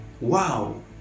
wow